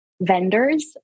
vendors